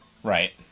Right